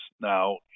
now